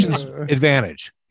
advantage